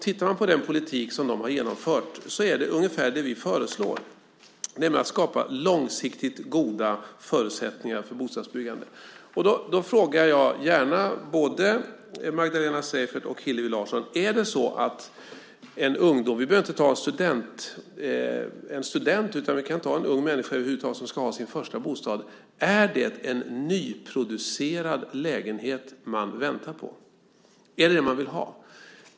Tittar man på den politik som de har genomfört ser man att det är ungefär det vi föreslår, nämligen att skapa långsiktigt goda förutsättningar för bostadsbyggande. Då frågar jag gärna både Magdalena Streijffert och Hillevi Larsson: Är det så att en ung människa - vi behöver inte ta en student som exempel - som ska ha sin första bostad väntar på en nyproducerad lägenhet? Är det vad man vill ha?